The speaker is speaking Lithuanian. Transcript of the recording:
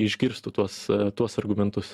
išgirstų tuos tuos argumentus